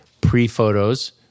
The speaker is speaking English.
pre-photos